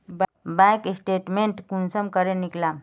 Bank statement कुंसम करे निकलाम?